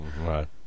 Right